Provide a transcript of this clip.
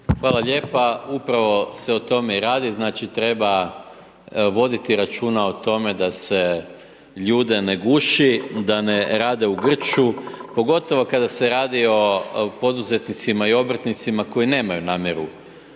Hvala lijepa. Upravo se o tome i radi, znači treba voditi računa o tome da se ljude ne guši, da ne rade u grču, pogotovo kada se radi o poduzetnicima i obrtnicima koji nemaju namjeru